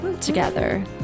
together